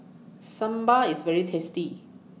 Sambal IS very tasty